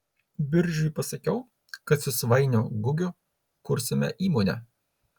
biržiui pasakiau kad su svainiu gugiu kursime įmonę